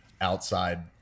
outside